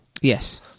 Yes